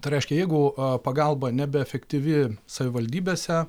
tai reiškia jeigu pagalba nebeefektyvi savivaldybėse